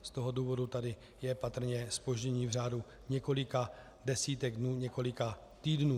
Z toho důvodu tady je patrně zpoždění v řádu několika desítek dnů, několika týdnů.